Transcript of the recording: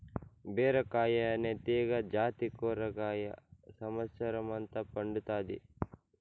బీరకాయ అనే తీగ జాతి కూరగాయ సమత్సరం అంత పండుతాది